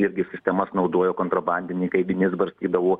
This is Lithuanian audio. irgi sistemas naudojo kontrabandininkai vinis barstydavo